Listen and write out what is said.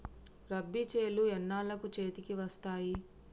రబీ చేలు ఎన్నాళ్ళకు చేతికి వస్తాయి?